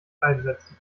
einsetzen